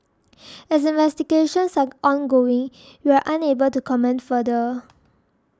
as investigations are ongoing we are unable to comment further